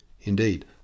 Indeed